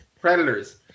Predators